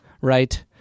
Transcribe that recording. Right